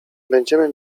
będziemy